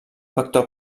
vector